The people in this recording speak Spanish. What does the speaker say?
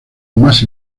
más